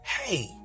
hey